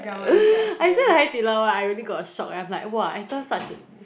I saw the Hai-Di-Lao one I really got a shock eh I'm like !wow! enter such a